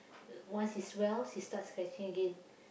once it's swells she starts scratching again